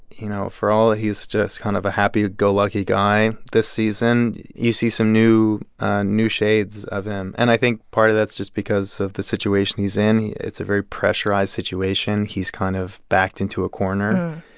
you know, for all he's just kind of a happy-go-lucky guy this season, you see some new new shades of him. and i think part of that's just because of the situation he's in. it's a very pressurized situation. he's kind of backed into a corner,